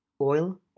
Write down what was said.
Oil